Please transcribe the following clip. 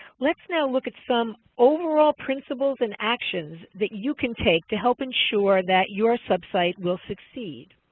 let's now look at some overall principles and actions that you can take to help insure that your sub-site will succeed.